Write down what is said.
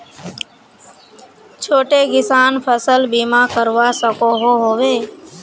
छोटो किसान फसल बीमा करवा सकोहो होबे?